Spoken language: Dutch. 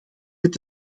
met